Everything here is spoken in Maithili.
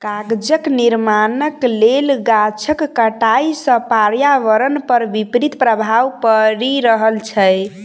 कागजक निर्माणक लेल गाछक कटाइ सॅ पर्यावरण पर विपरीत प्रभाव पड़ि रहल छै